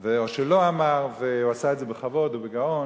או שלא אמר, והוא עשה את זה בכבוד ובגאון,